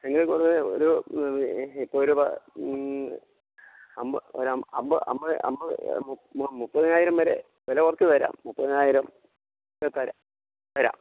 ഒരു ഇപ്പ ഒരു ഒരു മുപ്പതിനായിരം വരെ വില കുറച്ചു തരാം മുപ്പതിനായിരം തരാം തരാം